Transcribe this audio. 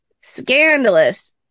scandalous